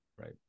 Right